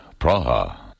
Praha